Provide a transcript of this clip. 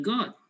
God